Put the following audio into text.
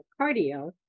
cardio